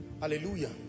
Hallelujah